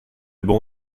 bons